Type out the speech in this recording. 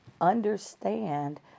understand